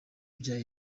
bya